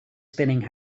spinning